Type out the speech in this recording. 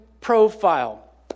profile